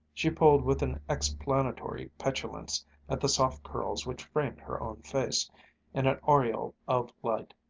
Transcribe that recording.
she pulled with an explanatory petulance at the soft curls which framed her own face in an aureole of light.